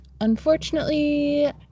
unfortunately